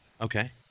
Okay